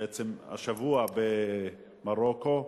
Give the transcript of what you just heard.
בעצם השבוע, במרוקו,